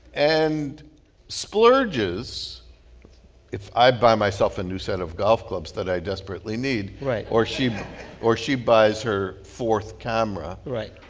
and splurges if i buy myself a new set of golf clubs that i desperately need. right. or she or she buys her fourth camera. right.